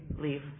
leave